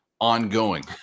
ongoing